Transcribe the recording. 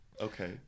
Okay